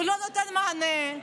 הוא לא נותן מענה,